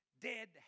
Dead